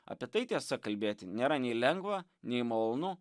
apie tai tiesa kalbėti nėra nei lengva nei malonu